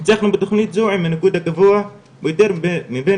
ניצחנו בתוכנית זו עם הניקוד הגבוה ביותר מבין